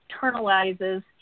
internalizes